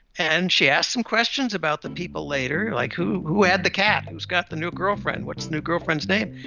and she asks them questions about the people later, like, who who had the cat? who's got the new girlfriend? what's the new girlfriend's name?